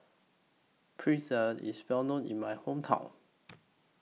Pretzel IS Well known in My Hometown